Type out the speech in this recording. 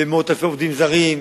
ומאות אלפי עובדים זרים,